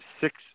six